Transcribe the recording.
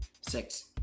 Six